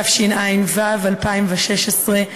התשע"ו 2016,